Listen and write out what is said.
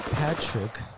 Patrick